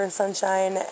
sunshine